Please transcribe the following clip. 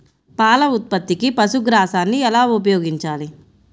పాల ఉత్పత్తికి పశుగ్రాసాన్ని ఎలా ఉపయోగించాలి?